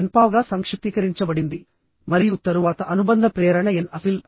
ఎన్ పావ్ గా సంక్షిప్తీకరించబడింది మరియు తరువాత అనుబంధ ప్రేరణ ఎన్ అఫిల్